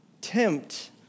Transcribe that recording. tempt